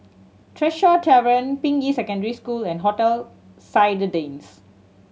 Tresor Tavern Ping Yi Secondary School and Hotel Citadines